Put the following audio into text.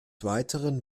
weiteren